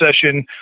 session